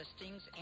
listings